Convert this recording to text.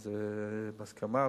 וזה בהסכמה,